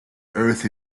earth